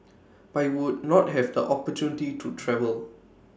but would not have the opportunity to travel